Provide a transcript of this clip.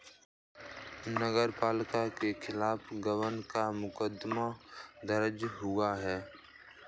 नगर पालिका के खिलाफ गबन का मुकदमा दर्ज हुआ है